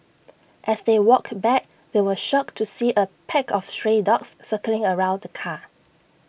as they walked back they were shocked to see A pack of stray dogs circling around the car